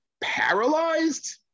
paralyzed